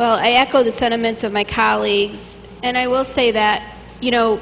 echo the sentiments of my colleagues and i will say that you know